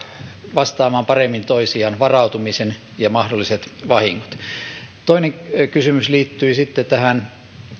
vastaamaan paremmin toisiaan varautumisen ja mahdolliset vahingot toinen kysymys liittyi sitten tähän